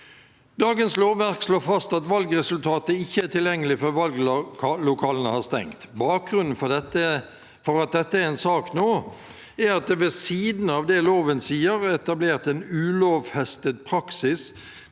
Dagens lovverk slår fast at valgresultatet ikke er tilgjengelig før valglokalene er stengt. Bakgrunnen for at dette er en sak nå, er at det ved siden av det loven sier, er etablert en ulovfestet praksis